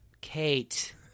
Kate